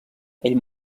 ell